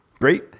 Great